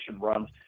runs